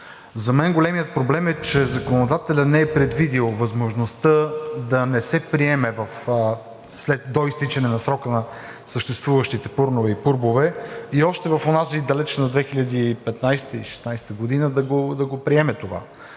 За мен големият проблем е, че законодателят не е предвидил възможността да не се приеме до изтичане на срока на съществуващите ПУРН-ове и ПУРБ-ове и още в онази далечна 2015 – 2016 г. да го приеме, така